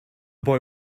boy